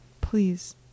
Please